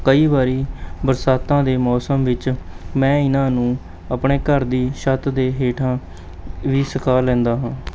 ਕਈ ਵਾਰੀ ਬਰਸਾਤਾਂ ਦੇ ਮੌਸਮ ਵਿੱਚ ਮੈਂ ਇਹਨਾਂ ਨੂੰ ਆਪਣੇ ਘਰ ਦੀ ਛੱਤ ਦੇ ਹੇਠਾਂ ਵੀ ਸੁਕਾ ਲੈਂਦਾ ਹਾਂ